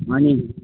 अनि